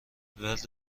ورد